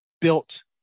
built